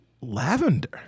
lavender